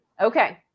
okay